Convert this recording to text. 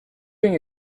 doing